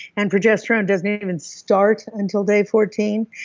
and progesterone doesn't even start until day fourteen.